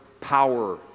power